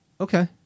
Okay